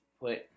Put